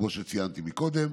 כמו שציינתי קודם,